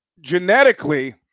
genetically